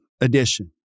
edition